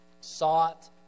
sought